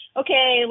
okay